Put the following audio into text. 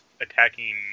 attacking